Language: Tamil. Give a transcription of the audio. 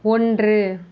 ஒன்று